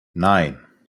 nine